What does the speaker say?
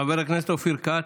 חבר כנסת אופיר כץ,